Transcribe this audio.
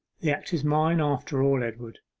the act is mine, after all. edward,